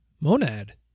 monad